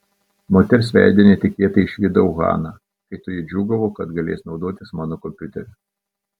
moters veide netikėtai išvydau haną kai toji džiūgavo kad galės naudotis mano kompiuteriu